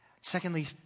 Secondly